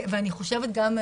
ואני חושבת גם,